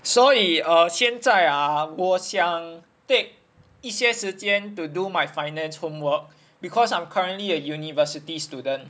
所以 err 现在 ah 我想 take 一些时间 to do my finance homework because I'm currently a uni student